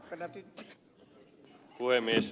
arvoisa puhemies